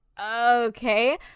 okay